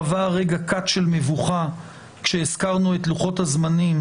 חווה רגע קט של מבוכה כשהזכרנו את לוחות-הזמנים.